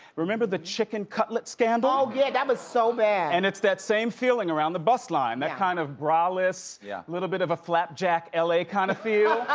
remember the chicken cutlet scandal? oh yeah, that was so bad! and it's that same feeling around the bust line, that kind of bra-less, yeah little bit of a flapjack l a. kinda kind of feel.